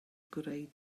greu